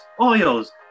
oils